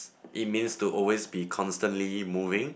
it means to always be constantly moving